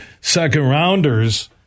second-rounders